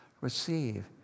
Receive